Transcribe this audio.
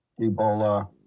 Ebola